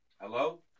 Hello